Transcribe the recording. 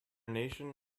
nation